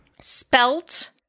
Spelt